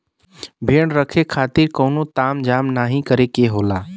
भेड़ रखे खातिर कउनो ताम झाम नाहीं करे के होला